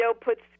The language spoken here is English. puts